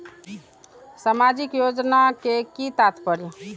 सामाजिक योजना के कि तात्पर्य?